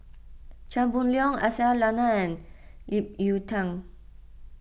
Chia Boon Leong Aisyah Lyana and Ip Yiu Tung